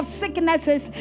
sicknesses